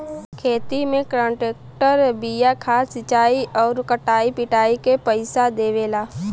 खेती में कांट्रेक्टर बिया खाद सिंचाई आउर कटाई पिटाई के पइसा देवला